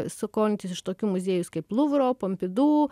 skolintis iš tokių muziejų kaip luvro pompidu